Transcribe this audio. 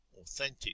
authentic